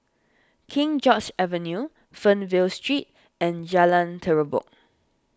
King George's Avenue Fernvale Street and Jalan Terubok